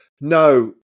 No